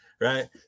Right